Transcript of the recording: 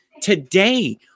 Today